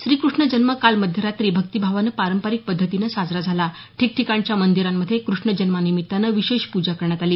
श्रीकृष्ण जन्म काल मध्यरात्री भक्तीभावानं पारंपारिक पद्धतीनं साजरा झाला ठिकठिकाणच्या मंदिरांमध्ये कृष्णजन्मानिमित्तानं विशेष पूजा करण्यात आली